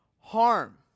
harm